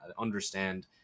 understand